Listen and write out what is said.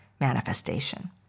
manifestation